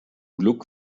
glück